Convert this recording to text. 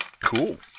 Cool